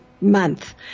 month